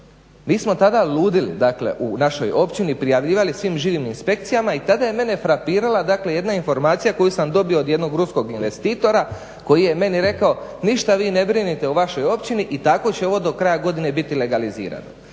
Mi smo tada ludili dakle u našoj općini, prijavljivali svim živim inspekcijama. I tada je mene frapirala dakle jedna informacija koju sam dobio od jednog ruskog investitora koji je meni rekao ništa vi ne brinite o vašoj općini i tako će ovo do kraja godine biti legalizirano.